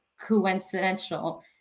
coincidental